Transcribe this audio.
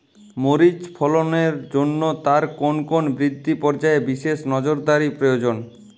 মরিচ ফলনের জন্য তার কোন কোন বৃদ্ধি পর্যায়ে বিশেষ নজরদারি প্রয়োজন?